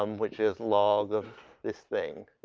um which is log of this thing.